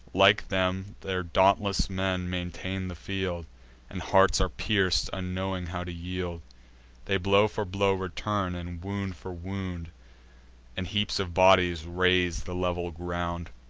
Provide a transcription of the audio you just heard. like them, their dauntless men maintain the field and hearts are pierc'd, unknowing how to yield they blow for blow return, and wound for wound and heaps of bodies raise the level ground.